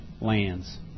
lands